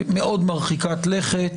מרחיקת לכת